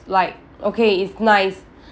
like okay it's nice